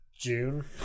June